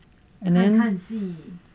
and then